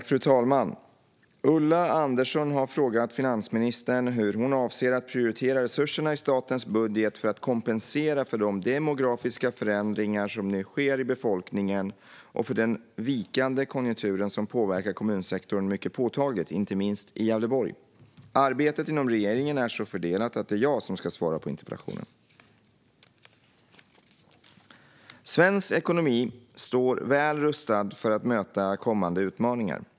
Fru ålderspresident! har frågat finansministern hur hon avser att prioritera resurserna i statens budget för att kompensera för de demografiska förändringar som nu sker i befolkningen och för den vikande konjunktur som påverkar kommunsektorn mycket påtagligt, inte minst i Gävleborg. Arbetet inom regeringen är så fördelat att det är jag som ska svara på interpellationen. Svensk ekonomi står väl rustad för att möta kommande utmaningar.